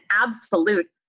absolute